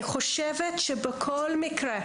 בכל מקרה,